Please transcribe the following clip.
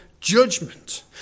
judgment